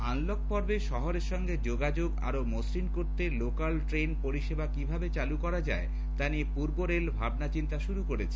unlock পর্বে শহরের সঙ্গে যোগাযোগ আর ও মসৃণ করতে লোকাল ট্রেন পরিষেবা কিভাবে চাল করা যায় তা নিয়ে পূর্ব রেল ভাবনাচিন্তা শুরু করেছে